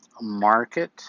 market